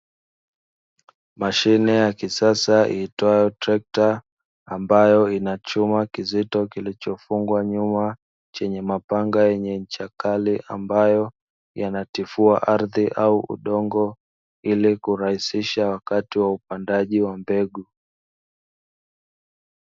Mashine ya kisasa iitwayo trekta, ambayo ina chuma kizito kilichofungwa nyuma chenye mapanga yenye ncha kali, ambayo yanatifua ardhi au udongo, ili kurahisisha wakati wa upandaji wa mbegu.